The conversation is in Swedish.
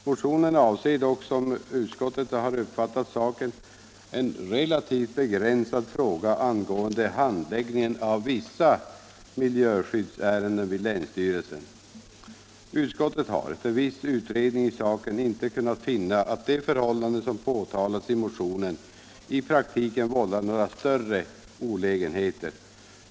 Motionen avser dock, som utskottet har uppfattat saken, en relativt begränsad fråga angående handläggning av vissa miljöskyddsärenden vid länsstyrelserna. Utskottet har efter viss utredning i saken inte kunnat finna att de förhållanden som påtalats i motionen i praktiken vållar några större olägenheter.